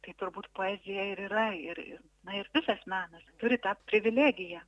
tai turbūt poezija ir yra ir ir na ir visas menas turi tą privilegiją